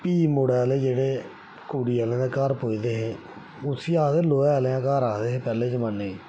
फ्ही मुड़े आह्ले जेह्ड़े कुड़ी आह्ले दे घर पुजदे हे उस्सी आक्खदे हे लोहे आह्ले दे घर पैह्ले जमाने च